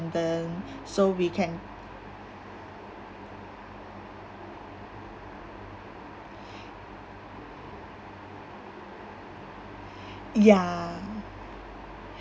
and then so we can ya